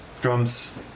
drums